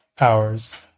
hours